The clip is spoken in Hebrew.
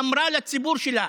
ואמרה לציבור שלה,